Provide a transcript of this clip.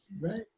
right